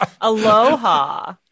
Aloha